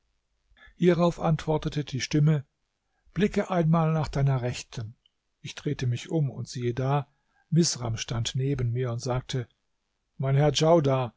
hierauf antwortete die stimme blicke einmal nach deiner rechten ich drehte mich um und siehe da misram stand neben mir und sagte mein herr